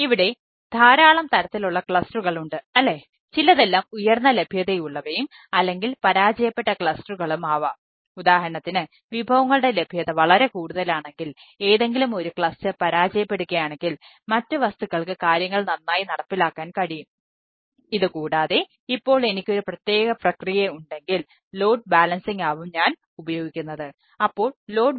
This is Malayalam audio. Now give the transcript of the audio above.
ഇവിടെ ധാരാളം തരത്തിലുള്ള ക്ലസ്റ്ററുകൾ ആണ്